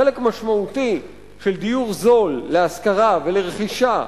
חלק משמעותי של דיור זול להשכרה ולרכישה,